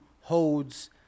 holds